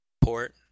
port